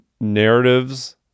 narratives